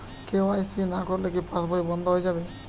KYC না করলে কি পাশবই বন্ধ হয়ে যাবে?